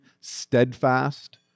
steadfast